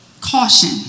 caution